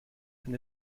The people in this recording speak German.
ein